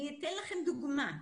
אני אתן לכם דוגמה.